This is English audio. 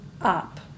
up